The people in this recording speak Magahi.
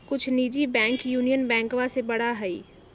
कुछ निजी बैंक यूनियन बैंकवा से बड़ा हई